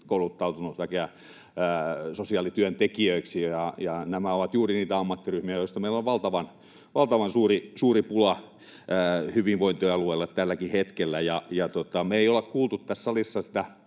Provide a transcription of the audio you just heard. kouluttautunut väkeä sosiaalityöntekijöiksi. Nämä ovat juuri niitä ammattiryhmiä, joista meillä on valtavan suuri pula hyvinvointialueilla tälläkin hetkellä. Me ei olla kuultu tässä salissa